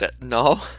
No